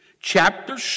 chapter